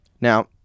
now